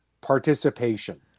participation